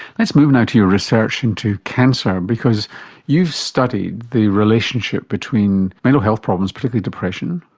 let's move now to your research into cancer because you've studied the relationship between mental health problems, particularly depression,